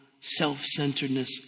self-centeredness